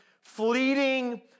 fleeting